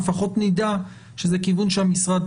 אבל לפחות נדע שזה כיוון שהמשרד,